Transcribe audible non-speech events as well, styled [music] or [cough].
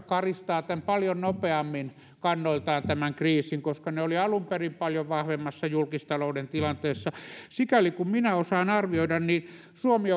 [unintelligible] karistavat paljon nopeammin kannoiltaan tämän kriisin koska ne olivat alun perin paljon vahvemmassa julkistalouden tilanteessa sikäli kuin minä osaan arvioida niin suomi [unintelligible]